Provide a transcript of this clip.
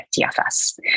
DFS